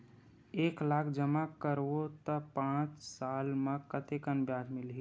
एक लाख जमा करबो त पांच साल म कतेकन ब्याज मिलही?